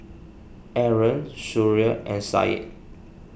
Aaron Suria and Syed